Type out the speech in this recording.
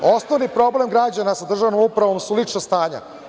Osnovni problem građana sa državnom upravom su lična stanja.